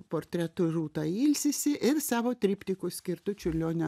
portretu rūta ilsisi ir savo triptiku skirtu čiurlionio